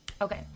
okay